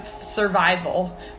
survival